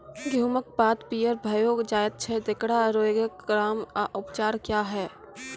गेहूँमक पात पीअर भअ जायत छै, तेकरा रोगऽक नाम आ उपचार क्या है?